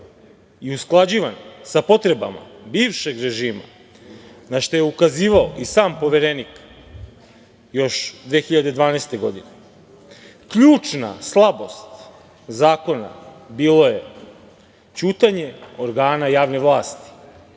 i usklađivan sa potrebama bivšeg režima, na šta je ukazivao i sam Poverenik još 2012. godine. Ključna slabost zakona bila je ćutanje organa javne vlasti,